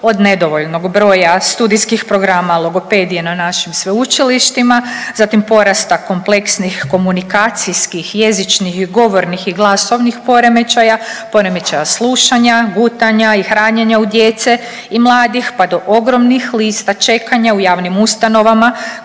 od nedovoljnog broja studijskih programa logopedije na našim sveučilištima, zatim porasta kompleksnih komunikacijskih jezičnih i govornih i glasovnih poremećaja, poremećaja slušanja, gutanja i hranjenja u djece i mladih pa do ogromnih lista čekanja u javnim ustanovama